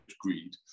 greed